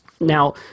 Now